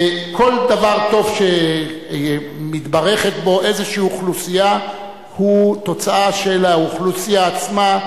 כל דבר טוב שמתברכת בו איזו אוכלוסייה הוא תוצאה של האוכלוסייה עצמה.